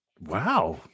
Wow